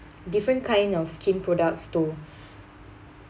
different kind of skin products to